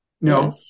No